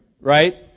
Right